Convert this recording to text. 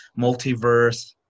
Multiverse